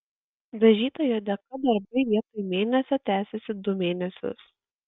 dažytojo dėka darbai vietoj mėnesio tęsėsi du mėnesius